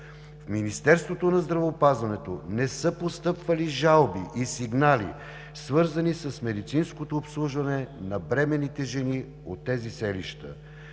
В Министерството на здравеопазването не са постъпвали жалби и сигнали, свързани с медицинското обслужване на бременните жени от тези селища.